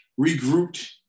regrouped